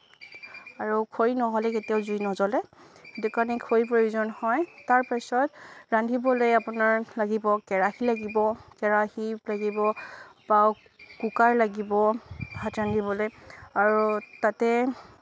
আৰু খৰি নহ'লে কেতিয়াও জুই নজ্বলে সেইটো কাৰণে খৰি প্ৰয়োজন হয় তাৰপিছত ৰান্ধিবলৈ আপোনাৰ লাগিব কেৰাহী লাগিব কেৰাহী লাগিব বা কুকাৰ লাগিব ভাত ৰান্ধিবলৈ আৰু তাতে